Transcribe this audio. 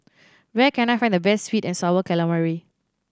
where can I find the best sweet and Sour Calamari